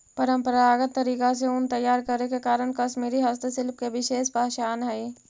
परम्परागत तरीका से ऊन तैयार करे के कारण कश्मीरी हस्तशिल्प के विशेष पहचान हइ